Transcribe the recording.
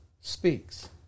speaks